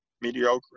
mediocre